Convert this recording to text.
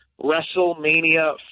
WrestleMania